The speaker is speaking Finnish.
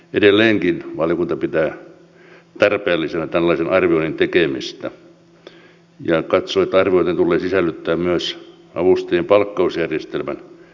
edelleenkin valiokunta pitää tarpeellisena tällaisen arvioinnin tekemistä ja katsoo että arviointiin tulee sisällyttää myös avustajien palkkausjärjestelmän kehittämistarpeet